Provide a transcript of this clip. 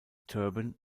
turban